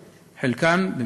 חלקן,